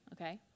Okay